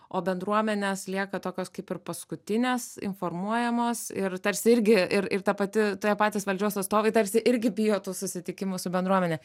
o bendruomenės lieka tokios kaip ir paskutinės informuojamos ir tarsi irgi ir ir ta pati toje patys valdžios atstovai tarsi irgi bijo tų susitikimų su bendruomene